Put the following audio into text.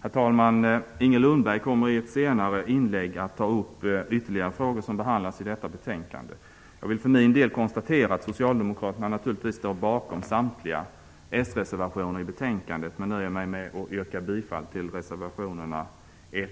Herr talman! Inger Lundberg kommer i ett senare inlägg att ta upp ytterligare frågor som behandlas i detta betänkande. Jag vill för min del konstatera att Socialdemokraterna naturligtvis står bakom samtliga s-reservationer i betänkandet men nöjer mig med att yrka bifall till reservationerna 1,